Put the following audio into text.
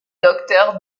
docteurs